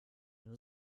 nur